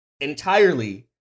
entirely